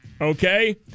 okay